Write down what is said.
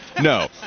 no